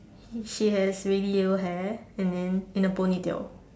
she has really yellow hair and then in a ponytail